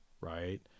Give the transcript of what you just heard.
right